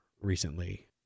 recently